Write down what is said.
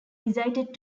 decided